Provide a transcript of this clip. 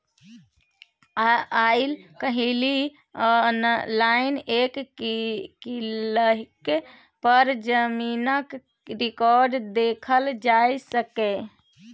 आइ काल्हि आनलाइन एक क्लिक पर जमीनक रिकॉर्ड देखल जा सकैए